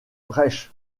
reich